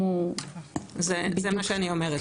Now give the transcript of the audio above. זה מה שאני אומרת.